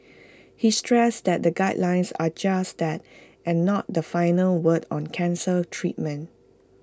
he stressed that the guidelines are just that and not the final word on cancer treatment